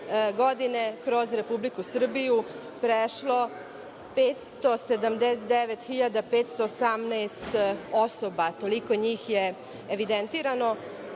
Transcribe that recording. kroz Republiku Srbiju prošlo 579.518 osoba, toliko njih je evidentirano.